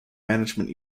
management